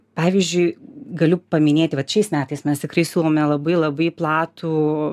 pavyzdžiui galiu paminėti vat šiais metais mes tikrai siūlome labai labai platų